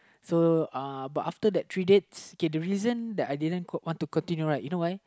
so uh but after that three dates K the reason that I didn't want to continue right you know why